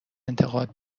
انتقاد